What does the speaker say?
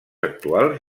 actuals